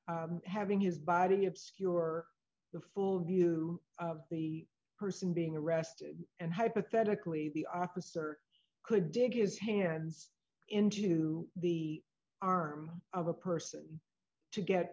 having his body obscure the full view of the person being arrested and hypothetically the officer could dig his hands into the arm of a person to get